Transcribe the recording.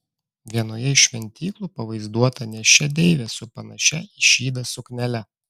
vienoje iš šventyklų pavaizduota nėščia deivė su panašia į šydą suknele